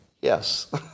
Yes